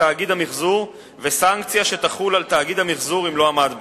לתאגיד המיחזור וסנקציה שתחול על תאגיד המיחזור אם לא עמד בהם.